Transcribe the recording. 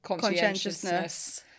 conscientiousness